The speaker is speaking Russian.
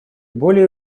более